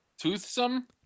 Toothsome